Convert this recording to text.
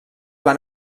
van